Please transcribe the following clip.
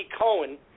Cohen